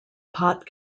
pot